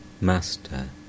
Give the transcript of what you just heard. Master